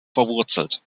verwurzelt